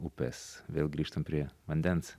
upės vėl grįžtam prie vandens